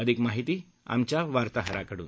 अधिक माहिती आमच्या वार्ताहराकडून